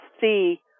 see